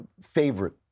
favorite